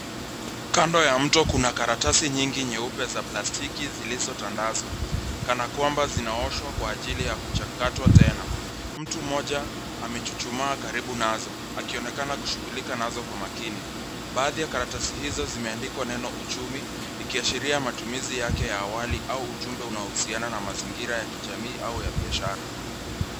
Kando ya mto kuna karatasi nyingi nyeupe za plastiki zilizotandazwa kana kwamba zinaoshwa kwa ajili ya kuchakatwa tena. Mtu moja amechuchumaa karibu nazo akionekana kushugulika nazo kwa makini. Baadhi ya karatasi hizo zimeandikwa neno uchumi ikiashiria matumizi yake ya awali au ujumbe unaohusiana na mazingira ya kijamii au ya biashara.